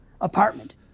apartment